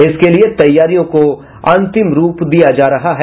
इसके लिए तैयारियों को अंतिम रूप दिया जा रहा है